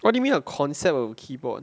what do you mean by concept of keyboard